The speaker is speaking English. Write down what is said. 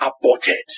aborted